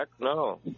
no